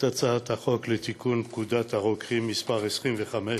להצעת חוק לתיקון פקודת הרוקחים (מס' 25)